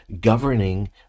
governing